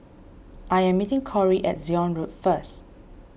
I am meeting Cory at Zion Road first